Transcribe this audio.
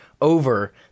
over